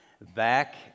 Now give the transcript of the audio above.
back